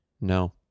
No